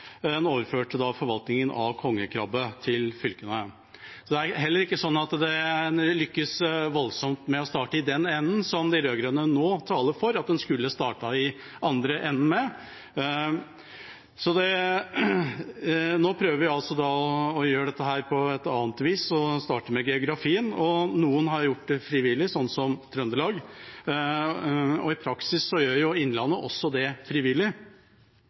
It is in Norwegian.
starte i den enden, som de rød-grønne nå taler for at en skulle ha startet med. Nå prøver vi å gjøre dette på et annet vis og starter med geografien. Noen har gjort det frivillig, sånn som Trøndelag, og i praksis gjør også Innlandet det frivillig.